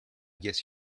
guess